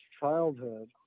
childhood